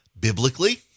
Biblically